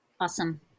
Awesome